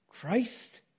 Christ